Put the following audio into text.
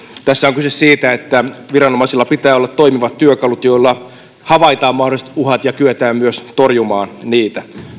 tässä on kyse siitä että viranomaisilla pitää olla toimivat työkalut joilla havaitaan mahdolliset uhat ja kyetään myös torjumaan niitä